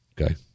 Okay